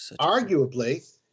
arguably